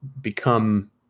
become